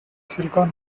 silicon